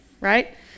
Right